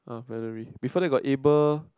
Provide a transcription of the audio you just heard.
ah Valeri before that got able